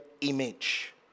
image